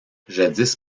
jadis